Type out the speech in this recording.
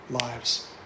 lives